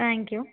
thank you